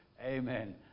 Amen